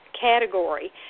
category